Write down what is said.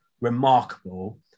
remarkable